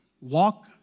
walk